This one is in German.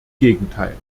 gegenteil